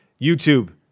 YouTube